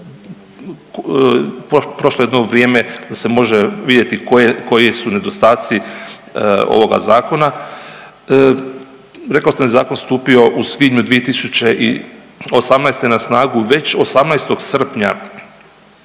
prošlo je jedno vrijeme da se može vidjeti koji su nedostaci ovoga zakona. Rekao sam da je zakon stupio u svibnju 2018. na snagu već 18. srpnja